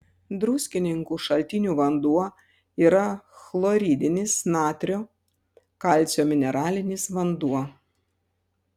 druskininkų šaltinių vanduo yra chloridinis natrio kalcio mineralinis vanduo